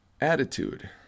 Attitude